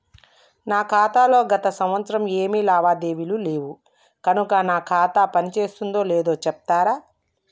నా ఖాతా లో గత సంవత్సరం ఏమి లావాదేవీలు లేవు కనుక నా ఖాతా పని చేస్తుందో లేదో చెప్తరా?